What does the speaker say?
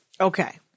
Okay